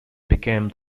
became